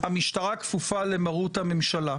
המשטרה כפופה למרות הממשלה.